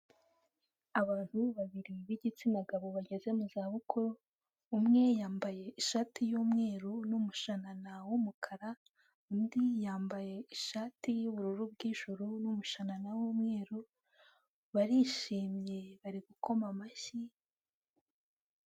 Abantu babiri b'igitsina gabo bageze mu za bukuru, umwe yambaye ishati y'umweru n'umushanana w'umukara. Undi yambaye ishati y'ubururu bw'ijoro n'umushanana w'umweru, barishimye bari gukoma amashyi.